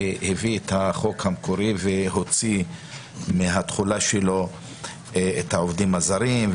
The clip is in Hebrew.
שהביא את החוק המקורי והוציא מהתחולה שלו את העובדים הזרים,